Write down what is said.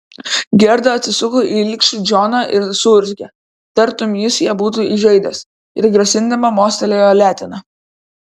gerda atsisuko į ilgšį džoną ir suurzgė tartum jis ją būtų įžeidęs ir grasindama mostelėjo letena